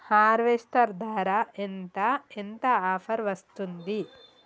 Harvester ధర ఎంత ఎంత ఆఫర్ వస్తుంది?